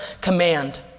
command